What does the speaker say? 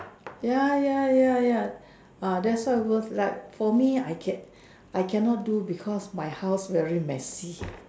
ya ya ya ya !wah! that's why worth like for me I can I cannot do because my house very messy